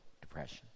depression